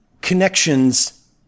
connections